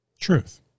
truth